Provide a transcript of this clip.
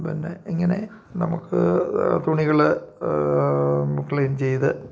പിന്നെ ഇങ്ങനെ നമുക്ക് തുണികൾ ക്ലീൻ ചെയ്തു